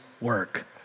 work